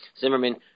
Zimmerman